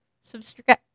Subscribe